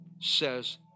says